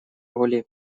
роли